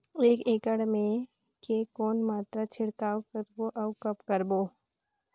एक एकड़ मे के कौन मात्रा छिड़काव करबो अउ कब करबो?